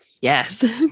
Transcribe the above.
Yes